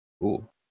Cool